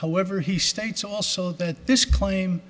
however he states also that this claim